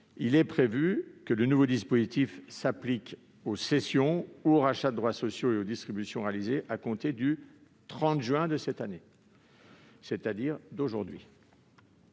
il est prévu que le nouveau dispositif s'applique aux cessions ou au rachat de droits sociaux et aux distributions réalisés à compter du 30 juin 2021- à la date d'aujourd'hui